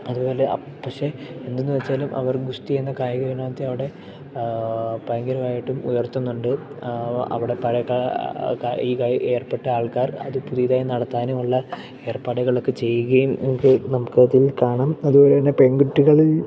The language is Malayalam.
അതു പോലെ പക്ഷെ എന്തെന്ന് വെച്ചാലും അവർ ഗുസ്തീ എന്ന കായിക വിനോദത്തെ അവിടെ ഭയങ്കരമായിട്ടും ഉയർത്തുന്നുണ്ട് അവിടെ പഴയ ക ഈ കായി ഏർപ്പെട്ട ആൾക്കാർ അത് പുതിയതായി നടത്താനുമുള്ള ഏർപ്പാടകളൊക്കെ ചെയ്യുകയും നമുക്ക് നമുക്കതിൽ കാണാം അതു പോലെ തന്നെ പെൺകുട്ടികളിൽ